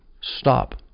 stop